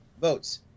votes